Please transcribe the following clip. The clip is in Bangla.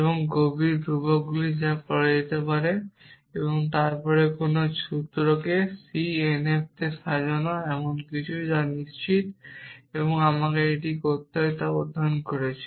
এবং গম্ভীর ধ্রুবকগুলি যা করা যেতে পারে এবং তারপরে কোনও সূত্রকে c n f তে সাজানো এমন কিছু যা আমি নিশ্চিত যে আপনি কীভাবে এটি করতে হয় তা অধ্যয়ন করেছেন